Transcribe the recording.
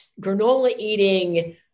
granola-eating